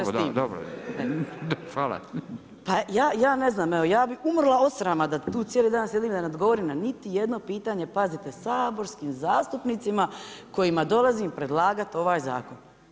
Pa ja, ja ne znam evo, ja bih umrla od srama da tu cijeli dan sjedim i da ne odgovorim na niti jedno pitanje, pazite saborskim zastupnicima kojima dolazim predlagati ovaj zakon.